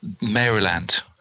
Maryland